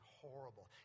horrible